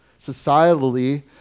Societally